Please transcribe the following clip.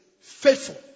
faithful